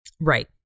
Right